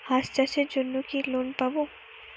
হাঁস চাষের জন্য কি লোন পাব?